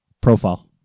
profile